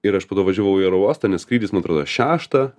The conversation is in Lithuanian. ir aš poto važiavau į orouostą nes skrydis man atrodo šeštą